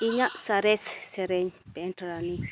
ᱤᱧᱟᱹᱜ ᱥᱚᱨᱮᱥ ᱥᱮᱨᱮᱧ ᱵᱮᱱᱰ ᱨᱟᱱᱤ